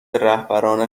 رهبران